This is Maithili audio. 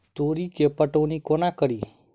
तोरी केँ पटौनी कोना कड़ी?